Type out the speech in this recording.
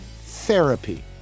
Therapy